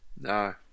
No